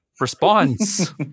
response